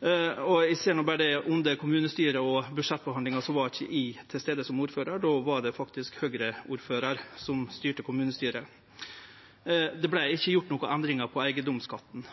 Under budsjettbehandlinga i kommunestyret var eg ikkje til stades som ordførar. Då var det faktisk ein Høgre-ordførar som styrte kommunestyret, og det vart ikkje gjort nokon endringar i eigedomsskatten i